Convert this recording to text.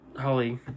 Holly